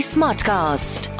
Smartcast